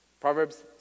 Proverbs